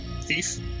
thief